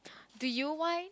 do you why